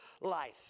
life